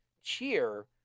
cheer